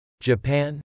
Japan